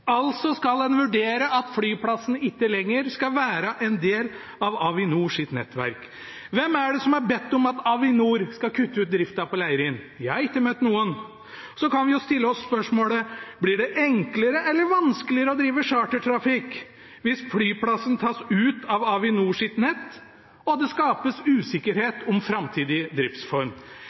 vurdere om flyplassen ikke lenger skal være en del av Avinors nettverk. Hvem er det som har bedt om at Avinor skal kutte ut driften på Leirin? Jeg har ikke møtt noen. Så kan vi jo stille oss spørsmålet: Blir det enklere eller vanskeligere å drive chartertrafikk hvis flyplassen tas ut av Avinors nett, og det skapes usikkerhet om framtidig driftsform?